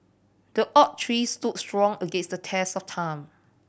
the oak tree stood strong against the test of time